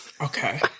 Okay